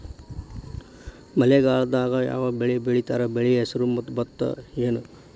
ಮಳೆಗಾಲದಾಗ್ ಯಾವ್ ಬೆಳಿ ಬೆಳಿತಾರ, ಬೆಳಿ ಹೆಸರು ಭತ್ತ ಏನ್?